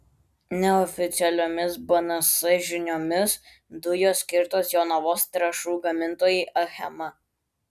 neoficialiomis bns žiniomis dujos skirtos jonavos trąšų gamintojai achema